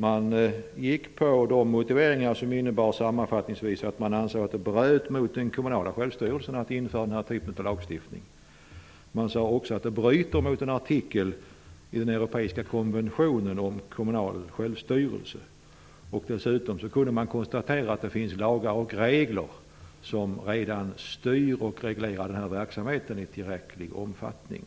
Man gick på de motiveringar som sammanfattningsvis innebar att man ansåg att förslaget att införa den här typen av lagstiftning bröt mot den kommunala självstyrelsen. Man sade också att det bröt mot en artikel i den europeiska konventionen om kommunal självstyrelse. Dessutom kunde man konstatera att det finns lagar och regler som redan styr och reglerar den här verksamheten i tillräcklig omfattning.